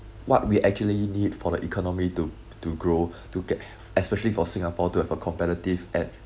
what we actually need for the economy to to grow to get especially for singapore to have a competitive at~